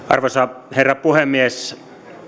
arvoisa herra puhemies